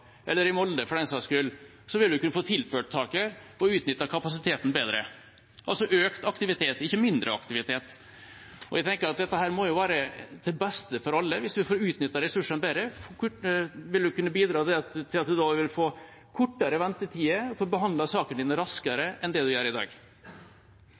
eller i Molde, for den saks skyld, vil man kunne få tilført saker og utnyttet kapasiteten bedre – altså økt aktivitet, ikke mindre aktivitet. Jeg tenker at det må være til beste for alle hvis man får utnyttet ressursene bedre, for det vil kunne bidra til at man får kortere ventetid og får behandlet saken sin raskere